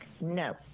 No